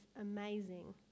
amazing